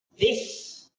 this,